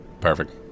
Perfect